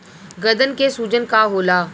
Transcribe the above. गदन के सूजन का होला?